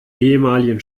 ehemaligen